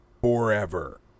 forever